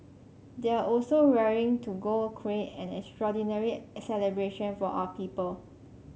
they are also raring to go create an extraordinary celebration for our people